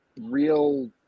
real